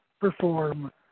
perform